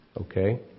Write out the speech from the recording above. okay